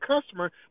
customer